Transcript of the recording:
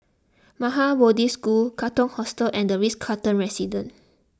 Maha Bodhi School Katong Hostel and the Ritz Carlton Residences